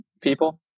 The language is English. people